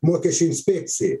mokesčių inspekcijai